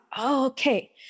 Okay